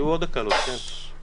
יהיו עוד הקלות, כן.